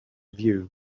view